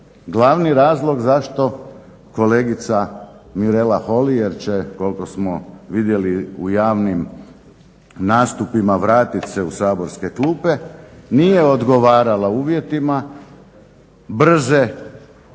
glavni razlog zašto kolegica Mirela Holy jer će koliko smo vidjeli u javnim nastupima vratiti se u saborske klupe nije odgovarala uvjetima brze,